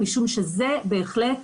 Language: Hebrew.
משום שזה בהחלט